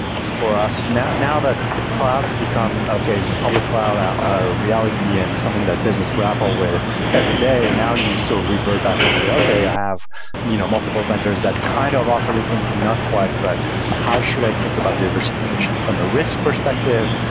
for us, now now that clouds become okay, you know public cloud are are reality and it's something that business grapple with every day, and now you sort so of revert back into, okay. i have you know multiple vendors that kind of offer the same thing, not quite, but how should i think about diversification? from a risk perspective,